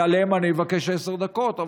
ועליהם אני אבקש עשר דקות,